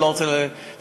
אני לא רוצה להתחייב,